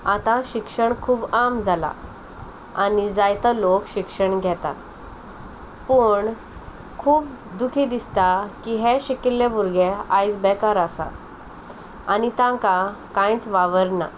आतां शिक्षण खूब आम जालां आनी जायतो लोक शिक्षण घेता पूण खूब दुखी दिसता की हे शिकिल्ले भुरगे आयज बेकार आसा आनी तांकां कांयच वावर ना